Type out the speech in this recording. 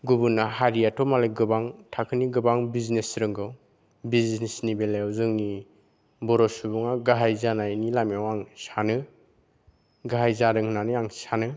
गुबुना हारियाथ' मालाय गोबां थाखोनि बिजनेस रोंगौ बिजिनेसनि बेलायाव जोंनि बर' सुबुङा गाहाय जानायनि लामायाव आं सानो गाहाय जादों होननानै आं सानो